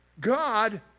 God